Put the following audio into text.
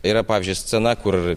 yra pavyzdžiui scena kur